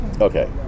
okay